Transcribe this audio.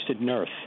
nurse